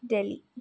Delhi